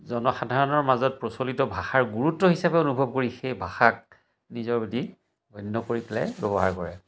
জনসাধাৰণৰ মাজত প্ৰচলিত ভাষাৰ গুৰুত্ব হিচাপে অনুভৱ কৰি সেই ভাষাক নিজৰ বুলি গণ্য কৰি পেলাই ব্যৱহাৰ কৰে